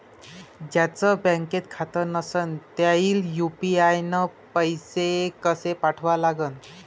ज्याचं बँकेत खातं नसणं त्याईले यू.पी.आय न पैसे कसे पाठवा लागन?